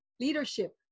leadership